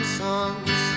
songs